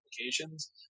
applications